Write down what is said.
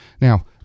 Now